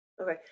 Okay